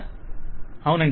client అవుననండి